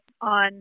on